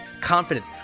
confidence